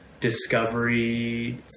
discovery